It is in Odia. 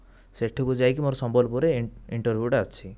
ସେଠିକୁ ଯାଇକି ମୋର ସମ୍ବଲପୁରରେ ଇଣ୍ଟର୍ଭିଉ ଟା ଅଛି